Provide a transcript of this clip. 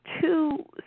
two